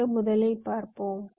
என்று முதலில் பார்ப்போம்